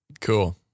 Cool